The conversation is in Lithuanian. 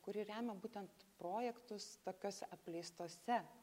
kuri remia būtent projektus tokiose apleistose